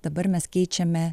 dabar mes keičiame